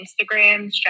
Instagram